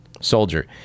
Soldier